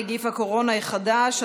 נגיף הקורונה החדש),